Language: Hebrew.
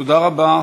תודה רבה.